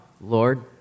Lord